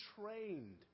trained